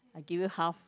I give you half